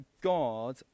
God